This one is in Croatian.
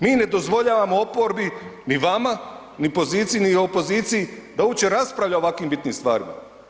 Mi ne dozvoljavamo oporbi ni vama, ni poziciji ni opoziciji da uopće raspravlja o ovako bitnim stvarima.